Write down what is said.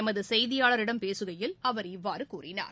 எமது செய்தியாளரிடம் பேசுகையில் அவர் இவ்வாறு கூறினார்